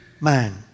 man